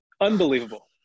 Unbelievable